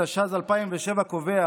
התשס"ז 2007, קובע